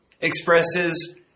expresses